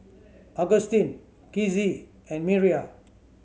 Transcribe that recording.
Agustin Kizzie and Miriah